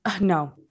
no